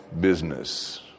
business